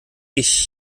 ich